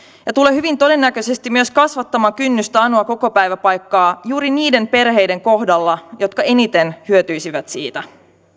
ja tulee hyvin todennäköisesti myös kasvattamaan kynnystä anoa kokopäiväpaikkaa juuri niiden perheiden kohdalla jotka eniten hyötyisivät siitä